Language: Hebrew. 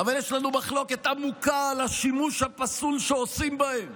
אבל יש לנו מחלוקת עמוקה על השימוש הפסול שעושים בהם